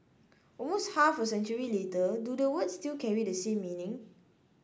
almost half a century later do the words still carry the same meaning